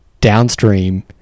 downstream